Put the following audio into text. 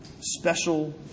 special